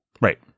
Right